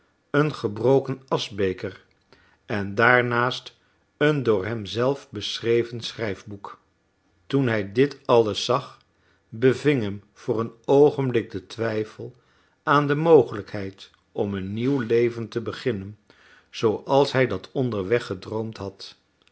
een gebroken aschbeker en daarnaast een door hem zelf beschreven schrijfboek toen hij dit alles zag beving hem voor een oogenblik de twijfel aan de mogelijkheid om een nieuw leven te beginnen zooals hij dat onderweg gedroomd had